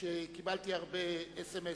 שקיבלתי הרבה אס.אם.אסים,